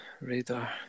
Radar